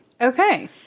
Okay